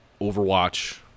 Overwatch